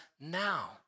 now